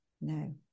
no